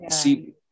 See